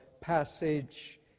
passage